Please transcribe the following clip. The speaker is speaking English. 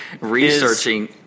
researching